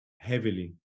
heavily